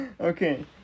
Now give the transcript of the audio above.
Okay